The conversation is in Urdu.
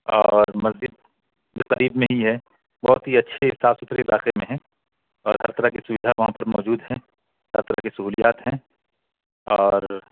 اور مسجد بھی قریب میں ہی ہے بہت ہی اچھی صاف ستھرے علاقے میں ہے اور ہر طرح کی سویدھا وہاں پہ موجود ہیں ہر طرح کے سہولیات ہیں اور